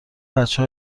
بچه